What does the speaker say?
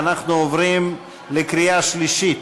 ואנחנו עוברים לקריאה שלישית.